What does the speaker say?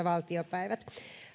valtiopäiviltä